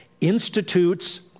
Institutes